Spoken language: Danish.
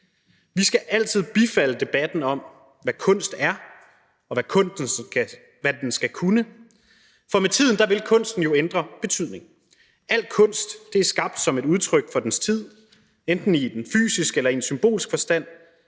Vi skal altid bifalde debatten om, hvad kunst er, og hvad den skal kunne. For med tiden vil kunsten jo ændre betydning. Al kunst er skabt som et udtryk for dens tid, enten i en fysisk eller i en symbolsk forstand,